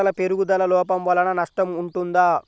పంటల పెరుగుదల లోపం వలన నష్టము ఉంటుందా?